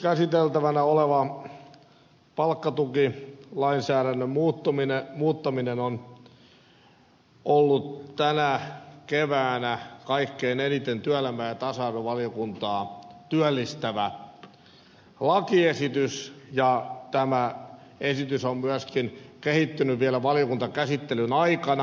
nyt käsiteltävänä oleva palkkatukilainsäädännön muuttaminen on ollut tänä keväänä kaikkein eniten työelämä ja tasa arvovaliokuntaa työllistävä lakiesitys ja tämä esitys on myöskin kehittynyt vielä valiokuntakäsittelyn aikana